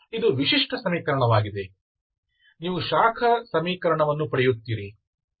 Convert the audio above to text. ಇದು ವಿಶಿಷ್ಟ ಸಮೀಕರಣವಾಗಿದೆ ನೀವು ಶಾಖ ಸಮೀಕರಣವನ್ನು ಪಡೆಯುತ್ತೀರಿ